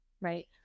Right